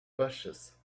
bushes